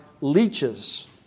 leeches